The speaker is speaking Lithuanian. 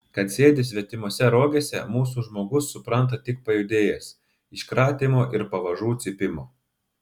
kad sėdi svetimose rogėse mūsų žmogus supranta tik pajudėjęs iš kratymo ir pavažų cypimo